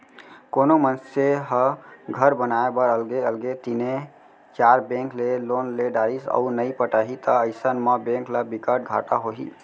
कोनो मनसे ह घर बनाए बर अलगे अलगे तीनए चार बेंक ले लोन ले डरिस अउ नइ पटाही त अइसन म बेंक ल बिकट घाटा होही